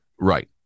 right